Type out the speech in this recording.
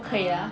ah